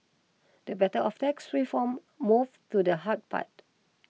the battle for tax reform move to the hard part